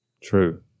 True